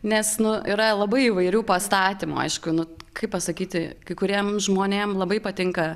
nes nu yra labai įvairių pastatymų aišku nu kaip pasakyti kai kuriem žmonėm labai patinka